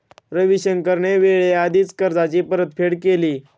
रविशंकरने वेळेआधीच कर्जाची परतफेड केली